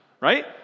right